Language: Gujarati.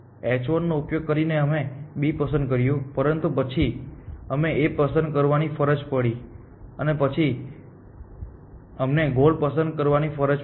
h1 નો ઉપયોગ કરીને અમે B પસંદ કર્યું પરંતુ પછી અમને A પસંદ કરવાની ફરજ પડી અને પછી અમને ગોલ પસંદ કરવાની ફરજ પડી